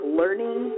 learning